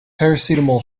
paracetamol